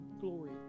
glory